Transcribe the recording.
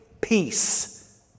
peace